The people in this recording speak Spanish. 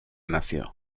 nació